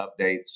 updates